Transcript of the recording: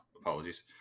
Apologies